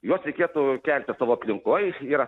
juos reikėtų kelti savo aplinkoj yra